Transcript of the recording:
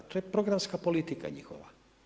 To je programska politika njihova.